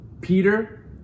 Peter